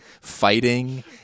fighting